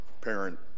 parent